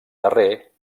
darrer